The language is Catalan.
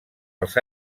els